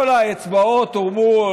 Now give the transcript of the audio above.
כל האצבעות הורמו,